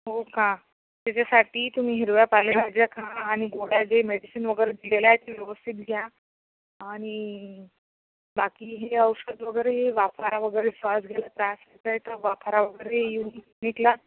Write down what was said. हो का त्याच्यासाठी तुम्ही हिरव्या पालेभाज्या खा आणि गोळ्या जे मेडिसिन वगैरे दिलेले आहे ते व्यवस्थित घ्या आणि बाकीही औषध वगैरे वाफारा वगैरे श्वास घ्यायला त्रास होतं आहे तर वाफारा वगैरे यूनीट नीट ला